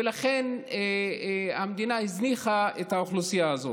ולכן המדינה הזניחה את האוכלוסייה הזאת.